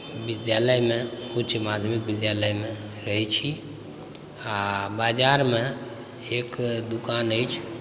विद्यालयमे उच्च माध्यमिक विद्यालयमे रहै छी आ बाजारमे एक दोकान अछि